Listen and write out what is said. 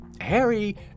Harry